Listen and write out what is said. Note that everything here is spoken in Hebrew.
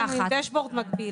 אבל לשים אותנו עם דשבורד מקביל,